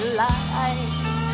light